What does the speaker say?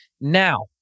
Now